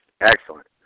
Excellent